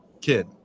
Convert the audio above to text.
Kid